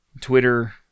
Twitter